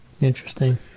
Interesting